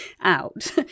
out